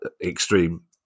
extreme